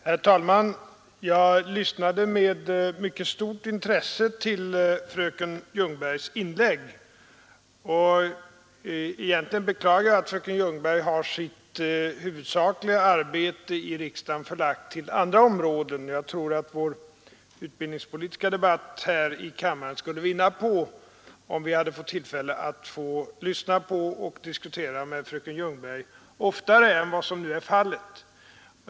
Herr talman! Jag lyssnade med mycket stort intresse till fröken Ljungbergs inlägg. Egentligen beklagar jag att fröken Ljungberg har sitt huvudsakliga arbete i riksdagen förlagt till andra områden. Jag tror att den utbildningspolitiska debatten här i kammaren skulle vinna på om vi fick tillfälle att lyssna till och diskutera med fröken Ljungberg oftare än vad som nu är fallet.